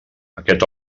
aquest